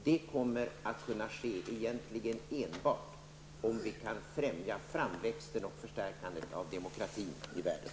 Det kommer att kunna ske enbart om vi kan främja framväxten och förstärkandet av demokratin i världen.